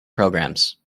programs